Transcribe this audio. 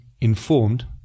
informed